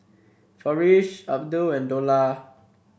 Farish Abdul and Dollah